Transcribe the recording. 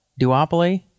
duopoly